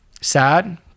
sad